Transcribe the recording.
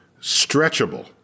stretchable